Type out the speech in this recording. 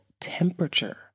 temperature